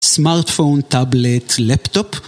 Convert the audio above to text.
סמארטפון, טאבלט, לפטופ